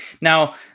Now